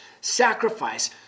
sacrifice